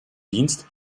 dienst